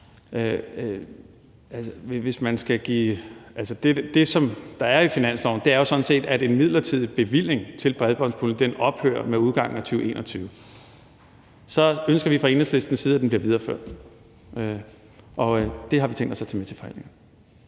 det, som er i finansloven, er jo sådan set, at en midlertidig bevilling til bredbåndspuljen ophører med udgangen af 2021. Så ønsker vi fra Enhedslistens side, at den bliver videreført, og det har vi tænkt os at tage med til forhandlingerne.